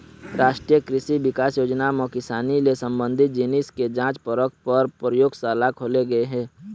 रास्टीय कृसि बिकास योजना म किसानी ले संबंधित जिनिस के जांच परख पर परयोगसाला खोले गे हे